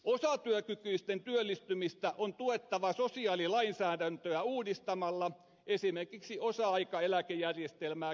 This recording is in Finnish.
osatyökykyisten työllistymistä on tuettava sosiaalilainsäädäntöä uudistamalla esimerkiksi osa aikaeläkejärjestelmää kehittämällä